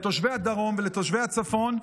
לתושבי הדרום ולתושבי הצפון,